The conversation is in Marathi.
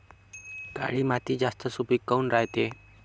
काळी माती जास्त सुपीक काऊन रायते?